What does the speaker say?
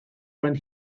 when